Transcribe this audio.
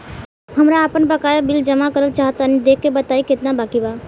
हमरा आपन बाकया बिल जमा करल चाह तनि देखऽ के बा ताई केतना बाकि बा?